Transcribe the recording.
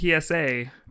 PSA